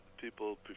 people